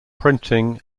printing